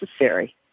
necessary